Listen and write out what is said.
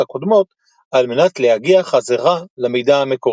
הקודמות על מנת להגיע חזרה למידע המקורי.